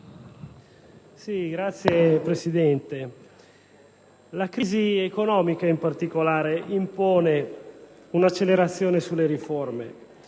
la crisi economica in particolare impone un'accelerazione sulle riforme.